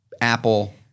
Apple